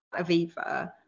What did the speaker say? Aviva